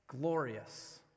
glorious